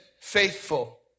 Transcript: faithful